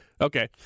okay